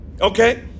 Okay